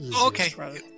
Okay